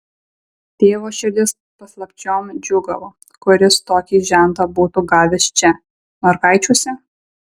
tėvo širdis paslapčiom džiūgavo kur jis tokį žentą būtų gavęs čia norkaičiuose